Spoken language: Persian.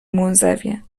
منزوین